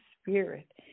spirit